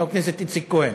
חבר הכנסת איציק כהן,